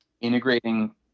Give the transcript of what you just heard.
integrating